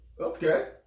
Okay